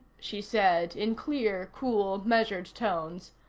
she said in clear, cool measured tones,